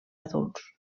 adults